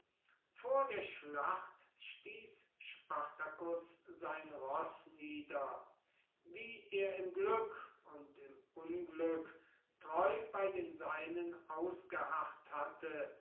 vor der schlacht stieß spartacus sein roß nieder wie er im glück und im unglück treu bei den seinen ausgeharrt hatte